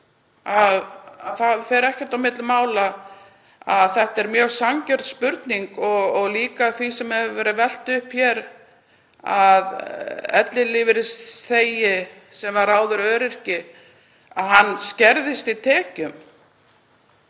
það fer ekkert á milli mála að þetta er mjög sanngjörn spurning. Líka það sem hefur verið velt upp hér, að ellilífeyrisþegi sem var áður öryrki skerðist í tekjum.